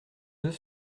deux